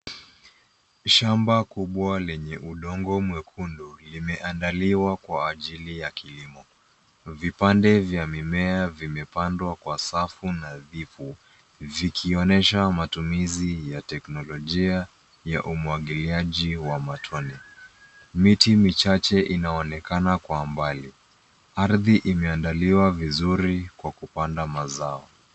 Shamba kubwa lenye udongo mwekundu limeandaliwa kwa ajili ya kilimo. Vipande vya mimea vimepandwa kwa safu nadhifu vikionyesha matumizi ya teknolojia ya umwagiliaji wa matone. Miti michache inaonekana kwa mbali. Ardhi imeandaliwa vizuri kwa kupanda mazao.